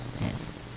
Yes